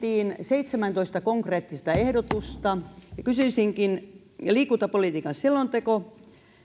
seitsemäntoista konkreettista ehdotusta ja kysyisinkin onko liikuntapolitiikan selonteko